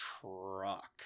truck